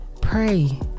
pray